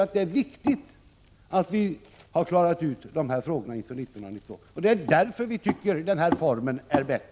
Av de nämnda skälen tycker vi för vår del att den ifrågavarande formen är bäst.